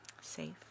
safe